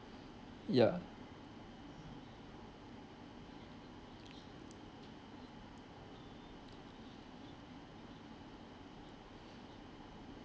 ya